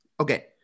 Okay